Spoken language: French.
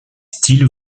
steele